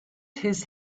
his